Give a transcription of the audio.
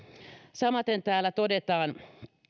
samaten täällä todetaan